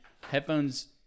headphones